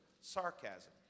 sarcasm